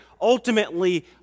ultimately